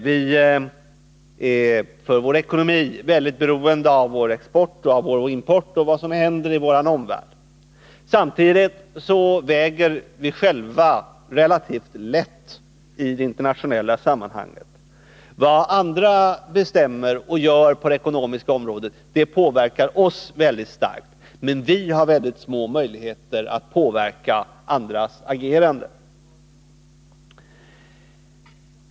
Vi är för vår ekonomi beroende av vår export och import och av vad som händer i vår omvärld. Samtidigt väger vi själva relativt lätt i internationella sammanhang. Vad andra bestämmer och gör på det ekonomiska området påverkar oss mycket starkt, men vi har små möjligheter att påverka andras agerande.